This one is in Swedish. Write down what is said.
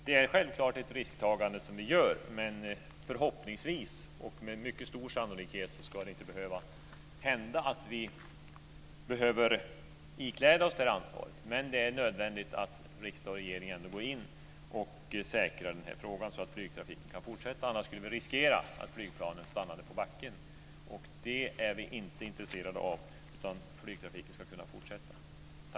Det är självklart ett risktagande som vi gör, men förhoppningsvis och med mycket stor sannolikhet ska det inte behöva hända att vi måste ikläda oss detta ansvar. Men det är nödvändigt att riksdag och regering går in och säkrar frågan så att flygtrafiken kan fortsätta - annars skulle vi riskera att flygplanen stannade på backen. Det är vi inte intresserade av, utan flygtrafiken ska kunna fortsätta.